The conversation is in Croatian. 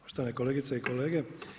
Poštovane kolegice i kolege.